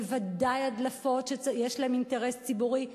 ודאי הדלפות שיש להן אינטרס ציבורי.